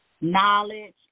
knowledge